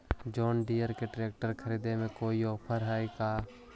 जोन Deere के tractor खरिदे में कोई औफर है का?